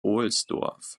ohlsdorf